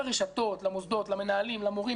לרשתות, למוסדות, למנהלים, למורים.